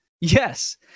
Yes